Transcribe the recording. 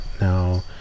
now